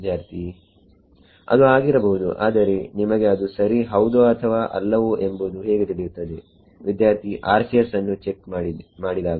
ವಿದ್ಯಾರ್ಥಿ ಅದು ಆಗಿರಬಹುದು ಆದರೆ ನಿಮಗೆ ಅದು ಸರಿ ಹೌದೋ ಅಥವಾ ಅಲ್ಲವೋ ಎಂಬುದು ಹೇಗೆ ತಿಳಿಯುತ್ತದೆ ವಿದ್ಯಾರ್ಥಿRCS ಅನ್ನು ಚೆಕ್ ಮಾಡಿದಾಗ